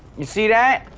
you see that?